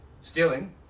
stealing